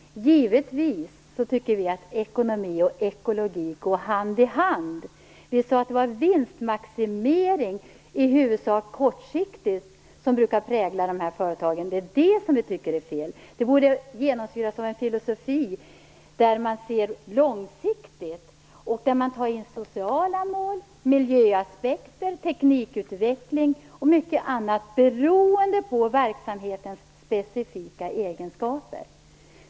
Herr talman! Givetvis tycker Miljöpartiet att ekonomi och ekologi går hand i hand. Jag sade att det är vinstmaximering, och i huvudsak kortsiktig sådan, som brukar prägla dessa företag. Det är det vi tycker är fel. De borde genomsyras av en filosofi där man ser långsiktigt och tar in sociala mål, miljöaspekter, teknikutveckling och mycket annat beroende på verksamhetens specifika egenskaper.